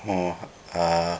or uh